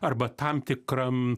arba tam tikram